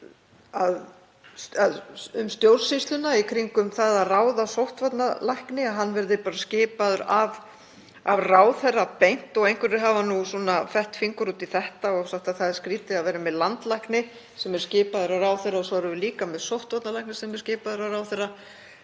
um stjórnsýsluna í kringum það að ráða sóttvarnalækni, að hann verði skipaður af ráðherra beint. Einhverjir hafa fett fingur út í þetta og sagt að það sé skrýtið að vera með landlækni sem er skipaður af ráðherra og líka með sóttvarnalækni sem er skipaður af ráðherra.